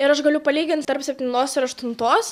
ir aš galiu palygint tarp septintos ir aštuntos